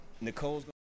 Nicole's